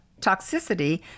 toxicity